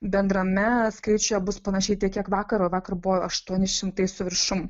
bendrame skaičiuje bus panašiai tiek kiek vakar vakar buvo aštuoni šimtai su viršum